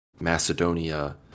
Macedonia